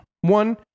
One